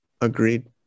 Agreed